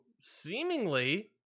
seemingly